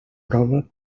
prova